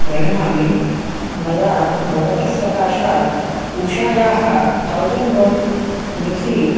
प्रणमामि मया भवतस्सकाशात् उषायाः तौज़ण्ड् वाट् मिक्सी